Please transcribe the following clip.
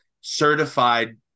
certified